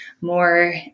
more